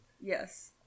yes